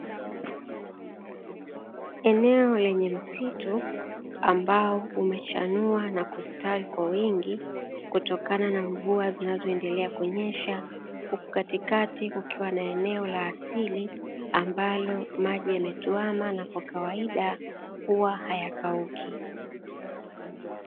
Eneo lenye msitu ambao umechanua na kustawi kwa wingi kutokana na mvua zinazoendelea kunyesha huku katikati kukiwa na eneo la asili ambalo maji yametuama na kwa kawaida huwa hayakauki.